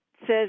says